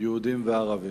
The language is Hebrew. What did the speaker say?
יהודים וערבים.